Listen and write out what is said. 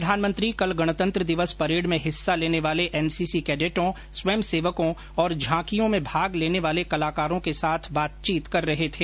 प्रधानमंत्री कल गणतंत्र दिवस परेड में हिस्सा लेने वाले एनसीसी कैडैटों स्वंय सेवकों और झांकियों में भाग लेने वाले कलाकारों के साथ बातचीत कर रहे थे